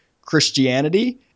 Christianity